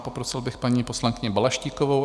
Poprosil bych paní poslankyni Balaštíkovou.